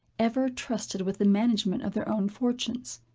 ever trusted with the management of their own fortunes.